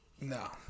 no